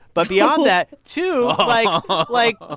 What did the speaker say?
but beyond that, two. like, but like ah